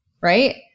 right